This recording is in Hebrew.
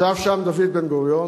ישבו שם דוד בן-גוריון,